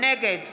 נגד